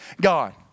God